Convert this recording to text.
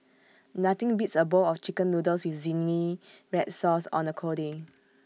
nothing beats A bowl of Chicken Noodles with Zingy Red Sauce on A cold day